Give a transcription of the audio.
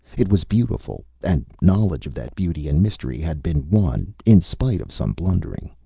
it was beautiful. and knowledge of that beauty and mystery had been won, in spite of some blundering.